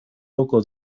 loco